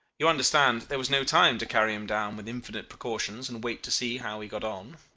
you understand there was no time to carry him down with infinite precautions and wait to see how he got on.